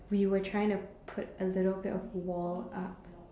we were trying to put a little bit of wall up